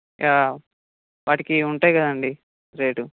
వాటికి ఉంటాయి కదండీ రేటు